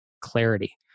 clarity